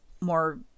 more